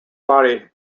body